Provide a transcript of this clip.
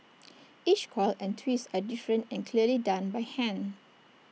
each coil and twist are different and clearly done by hand